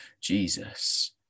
Jesus